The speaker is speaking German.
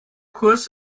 kurs